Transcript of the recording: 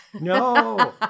No